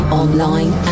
online